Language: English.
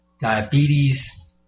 diabetes